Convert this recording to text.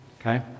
okay